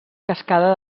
cascada